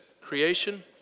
creation